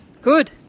Good